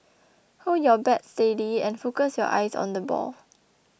hold your bat steady and focus your eyes on the ball